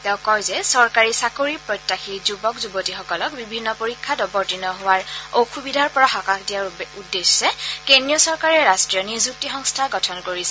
তেওঁ কয় যে চৰকাৰী চাকৰিৰ প্ৰত্যাশী যুৱক যুৱতীসকলক বিভিন্ন পৰীক্ষাত অৱতীৰ্ণ হোৱাৰ অসুবিধাৰ পৰা সকাহ দিয়াৰ উদ্দেশ্যে কেন্দ্ৰীয় চৰকাৰে ৰাষ্ট্ৰীয় নিযুক্তি সংস্থা গঠন কৰিছে